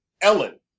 Ellen